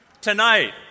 tonight